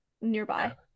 nearby